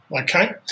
Okay